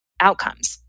outcomes